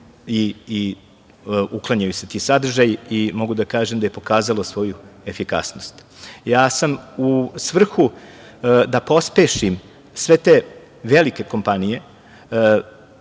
i uklanjaju se ti sadržaji i mogu da kažem da je pokazalo svoju efikasnost.U svrhu da pospešim sve te velike kompanije,